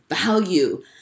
value